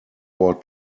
war